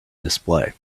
display